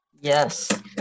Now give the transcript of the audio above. Yes